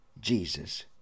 Jesus